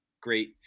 great